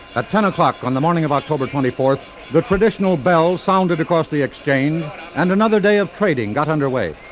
at ten o'clock on the morning of october twenty fourth, the traditional bells sounded across the exchange and another day of trading got under away.